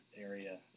area